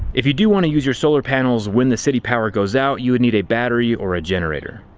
if you do want to use your solar panels when the city power goes out, you would need a battery or a generator.